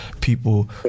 people